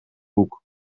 boek